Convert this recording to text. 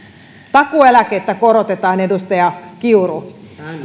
takuueläkettä korotetaan edustaja kiuru